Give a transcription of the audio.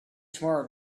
tomorrow